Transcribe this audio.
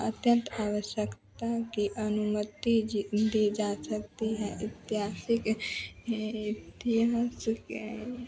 अत्यंत आवश्यकता की अनुमति दी जा सकती है ऐतिहासिक हैं इतिहास के